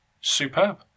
superb